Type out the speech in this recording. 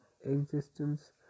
existence